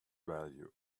value